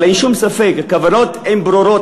אבל אין שום ספק: הכוונות הן ברורות,